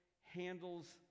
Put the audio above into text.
handles